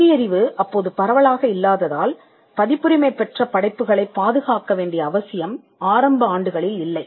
கல்வியறிவு அப்போது பரவலாக இல்லாததால் பதிப்புரிமை பெற்ற படைப்புகளைப் பாதுகாக்க வேண்டிய அவசியம் ஆரம்ப ஆண்டுகளில் இல்லை